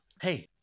Hey